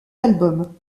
albums